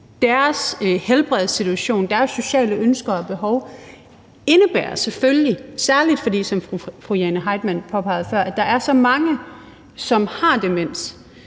Deres helbredssituation, deres sociale ønsker og behov indebærer selvfølgelig, særlig fordi der, som fru Jane Heitmann påpegede før, er så mange, som har demens,